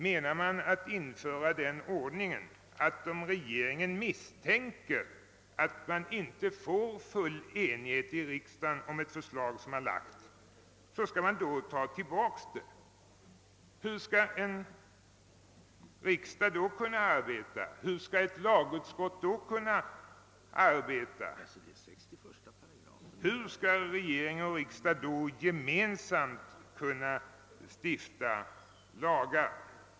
Avser man att införa den ordningen, att regeringen skall ta tillbaka ett förslag om den misstänker att det inte råder full enighet om detta i riksdagen? Hur skall riksdagen då kunna arbeta och hur skall ett utskott då kunna arbeta? Hur skall regering och riksdag då gemensamt kunna stifta lagar?